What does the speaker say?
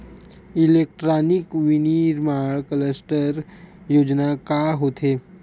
Electronic विनीर्माण cluster योजना का होथे?